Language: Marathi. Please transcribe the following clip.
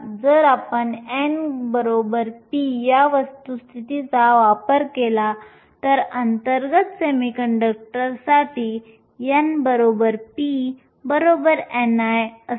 जर आपण n p या वस्तुस्थितीचा वापर केला तर अंतर्गत सेमीकंडक्टरसाठी n p ni असते